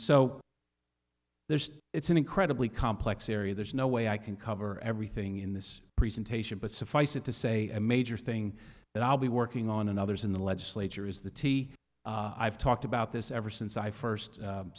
so there's it's an incredibly complex area there's no way i can cover everything in this presentation but suffice it to say a major thing that i'll be working on and others in the legislature is the t i've talked about this ever since i first